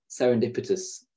serendipitous